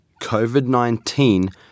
COVID-19